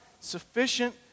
Sufficient